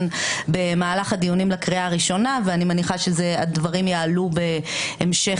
במהלך הדיונים לקריאה הראשונה ואני מניחה שהדברים יעלו בהמשך